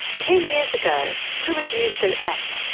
ten years ago who had used an app,